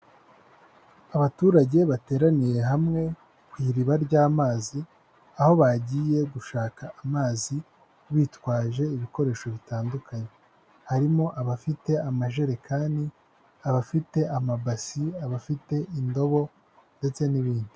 Abaturage bateraniye hamwe ku iriba ry'amazi aho bagiye gushaka amazi bitwaje ibikoresho bitandukanye harimo abafite amajerekani, abafite amabasi, abafite indobo ndetse n'ibindi.